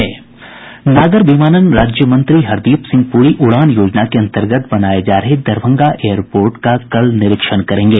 नागर विमानन राज्य मंत्री हरदीप सिंह प्ररी उड़ान योजना के अंतर्गत बनाये जा रहे दरभंगा एयरपोर्ट का कल निरीक्षण करेंगे